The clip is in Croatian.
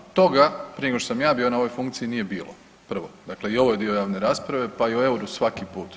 Toga prije nego što sam ja bio na ovoj funkciji nije bilo prvo, dakle i ovo je dio javne rasprave, pa i o euru svaki put.